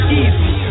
easy